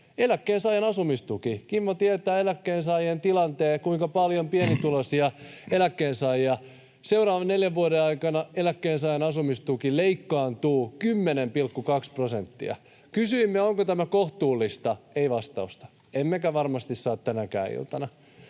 Eläkkeensaajan asumistuki. Kimmo tietää eläkkeensaajien tilanteen ja kuinka paljon on pienituloisia eläkkeensaajia. — Seuraavan neljän vuoden aikana eläkkeensaajan asumistuki leikkaantuu 10,2 prosenttia. [Kimmo Kiljunen: Onko totta?] Kysyimme, onko tämä kohtuullista: ei vastausta, emmekä varmasti saa tänäkään iltana.